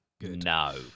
no